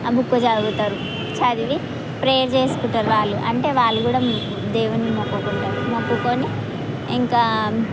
ఆ బుక్ చదువుతారు చదివి ప్రేయర్ చేసుకుంటారు వాళ్ళు అంటే వాళ్ళు కూడా దేవుడిని మొక్కుకు ఉంటారు మొక్కుకుని ఇంకా